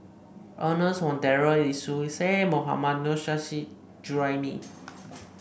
Ernest Monteiro Lee Seow Ser Mohammad Nurrasyid Juraimi